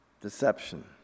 Deception